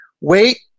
wait